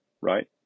right